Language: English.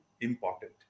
important